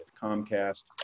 Comcast